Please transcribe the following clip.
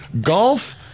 golf